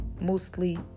mostly